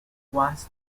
once